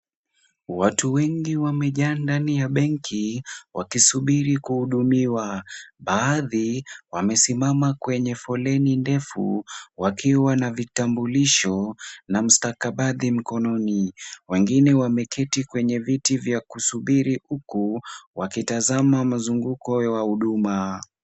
Watu wengi wamejaa ndani ya benki wakisubiri kuhudumiwa. Baadhi wamesimama kwenye foleni ndefu, wakiwa na vitambulisho na mstakabadhi mkononi. Wengine wameketi kwenye viti vya kusubiri, huku wakitazama mazunguko ya wahuduma.